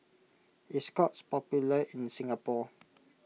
is Scott's popular in Singapore